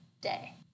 day